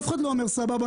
אף אחד לא אומר: סבבה,